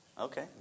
Okay